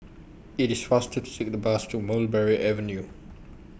IT IS faster to Take The Bus to Mulberry Avenue